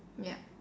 yup